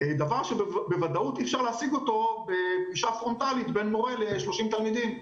דבר שבוודאות אי-אפשר להשיג בפגישה פרונטלית בין מורה ל-30 תלמידים,